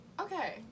okay